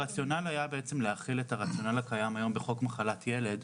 הרציונל היה בעצם להחיל את הרציונל הקיים היום בחוק מחלת ילד,